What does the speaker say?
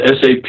sap